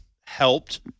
helped